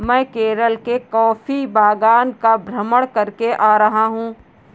मैं केरल के कॉफी बागान का भ्रमण करके आ रहा हूं